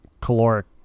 caloric